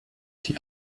die